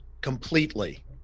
completely